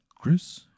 Chris